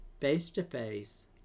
face-to-face